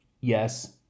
Yes